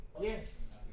Yes